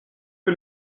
que